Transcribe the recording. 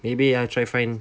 maybe I'll try find